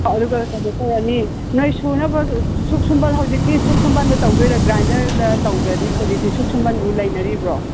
ꯑꯗꯨꯒ ꯀꯩꯅꯣ ꯇꯧꯔꯅꯤ ꯅꯣꯏ ꯁꯨꯅꯕ ꯁꯨꯛ ꯁꯨꯝꯕꯜ ꯍꯧꯖꯤꯛꯀꯤ ꯁꯨꯛ ꯁꯨꯝꯕꯜꯗ ꯇꯧꯗꯣꯏꯔꯥ ꯒ꯭ꯔꯥꯏꯟꯗꯔꯗ ꯇꯧꯗ꯭ꯔꯗꯤ ꯍꯧꯖꯤꯛꯇꯤ ꯁꯨꯛ ꯁꯨꯝꯕꯟꯕꯨ ꯂꯩꯅꯔꯤꯕ꯭ꯔꯣ